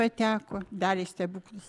pateko darė stebuklus